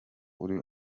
uri